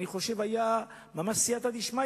אני חושב שהיתה ממש סייעתא דשמיא,